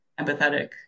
empathetic